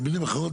במילים אחרות,